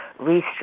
restructure